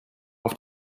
auf